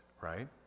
right